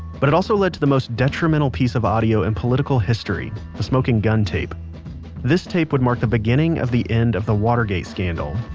but it also led to the most detrimental piece of audio in political history, the smoking gun tape this tape would mark the beginning of the end of the watergate scandal,